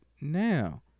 now